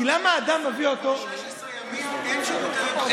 כבר 16 ימים אין שירותי רווחה.